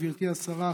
גברתי השרה,